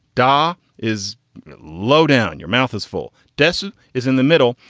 da is low-down. your mouth is full. desert is in the middle.